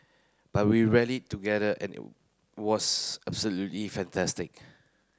but we rallied together and it was absolutely fantastic